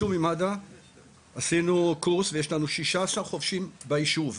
בתיאום עם מד"א עשינו קורס ויש לנו 16 חובשים ביישוב.